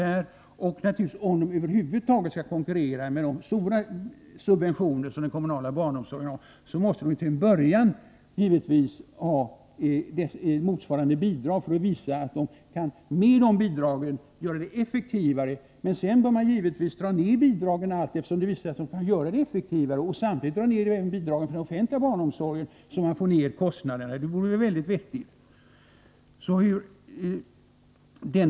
Om man skall kunna konkurrera med den kommunala barnomsorgen med de stora subventioner som den har, måste man till en början givetvis ha motsvarande bidrag och med de bidragen visa att man kan vara effektivare. Sedan bör bidragen skäras ned allteftersom det visar sig om den privata verksamheten kan vara effektivare. Samtidigt bör man minska bidragen till den offentliga barnomsorgen, så att man får ner kostnaderna. Det vore ju vettigt.